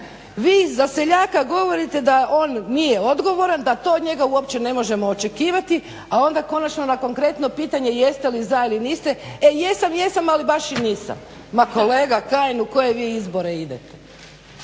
Vi za seljaka govorite da on nije odgovoran da to od njega uopće ne možemo očekivati a onda konačno na konkretno pitanje jeste li za ili niste. E jesam, jesam ali baš i nisam. Ma kolega Kajin u koje vi izbore idete?